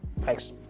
Thanks